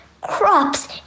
crops